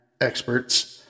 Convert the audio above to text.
experts